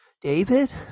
David